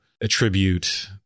attribute